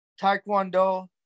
Taekwondo